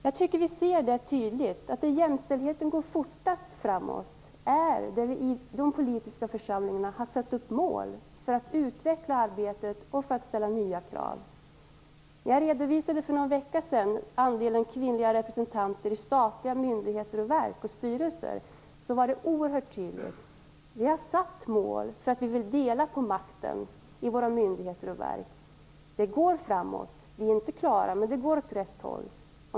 Jag tycker vi ser tydligt att jämställdheten går fortast framåt i de politiska församlingar där vi har satt upp mål för att utveckla arbetet och för att ställa nya krav. Jag redovisade för någon vecka sedan andelen kvinnliga representanter i styrelserna för statliga myndigheter och verk, och detta var i det sammanhanget oerhört tydligt. Vi har satt upp mål för att vi vill dela på makten i våra myndigheter och verk. Det går framåt. Vi är inte klara, men det går åt rätt håll.